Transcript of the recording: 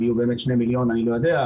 אם יהיו באמת 2 מיליון אני לא יודע,